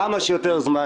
כמה שיותר זמן.